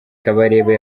kabarebe